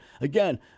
again